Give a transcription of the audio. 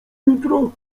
jutro